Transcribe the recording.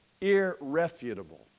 irrefutable